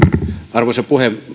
arvoisa puhemies